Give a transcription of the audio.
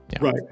Right